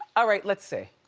ah right, let's see.